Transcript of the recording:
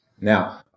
now